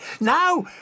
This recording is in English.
Now